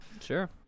Sure